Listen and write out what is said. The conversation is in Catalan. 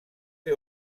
que